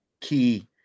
key